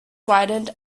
widened